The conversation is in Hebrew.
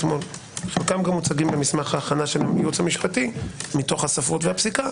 חלקם גם מוצגים במסמך ההכנה של הייעוץ המשפטי מתוך הספרות והפסיקה,